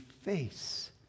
face